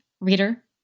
reader